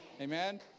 Amen